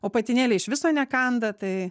o patinėliai iš viso nekanda tai